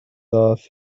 off